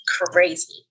crazy